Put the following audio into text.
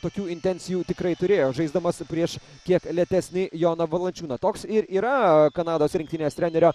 tokių intencijų tikrai turėjo žaisdamas prieš kiek lėtesnė joną valančiūną toks ir yra kanados rinktinės trenerio